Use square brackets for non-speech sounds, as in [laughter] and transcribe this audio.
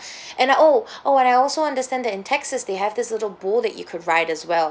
[breath] and oh [breath] oh and I also understand that in texas they have this little bull that you could ride as well [breath]